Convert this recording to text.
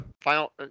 final